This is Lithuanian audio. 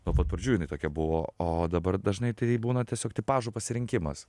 nuo pat pradžių tokia buvo o dabar dažnai tai būna tiesiog tipažo pasirinkimas